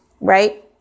right